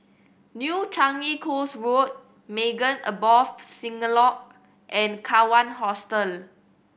New Changi Coast Road Maghain Aboth Synagogue and Kawan Hostel